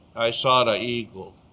i saw the eagle.